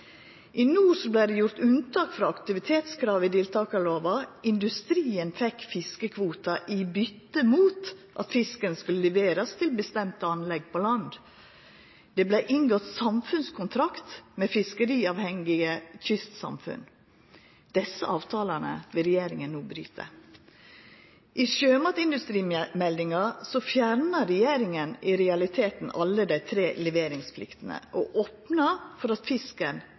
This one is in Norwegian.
I nord vart det gjort unntak frå aktivitetskravet i deltakarlova, industrien fekk fiskekvoter i byte mot at fisken skulle leverast til bestemde anlegg på land. Det vart inngått samfunnskontrakt med fiskeriavhengige kystsamfunn. Desse avtalane vil regjeringa no bryta. I sjømatindustrimeldinga fjernar regjeringa i realiteten alle dei tre leveringspliktene og opnar for at fisken